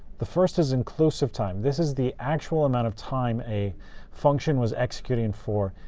the first is inclusive time. this is the actual amount of time a function was executing for,